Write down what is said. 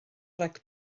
rhag